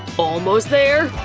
almost there!